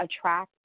attract